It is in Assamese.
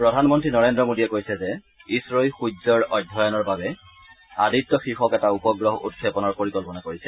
প্ৰধানমন্ত্ৰী নৰেন্দ্ৰ মোডীয়ে কৈছে যে ইছৰোই সূৰ্যৰ অধ্যয়নৰ বাবে আদিত্য শীৰ্ষক এটা উপগ্ৰহ উৎক্সেপনৰ পৰিকল্পনা কৰিছে